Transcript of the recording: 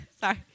Sorry